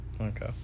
Okay